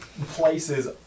places